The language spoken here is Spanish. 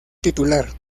titular